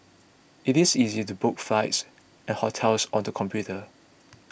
it is easy to book flights and hotels on the computer